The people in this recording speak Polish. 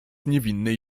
niewinnej